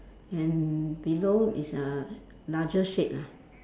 and below is uh larger shade ah